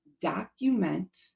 document